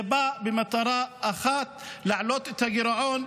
זה בא במטרה אחת: להעלות את הגירעון.